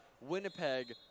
Winnipeg